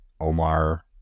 Omar